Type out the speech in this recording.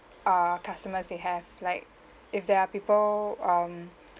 are customers you have like if there are people um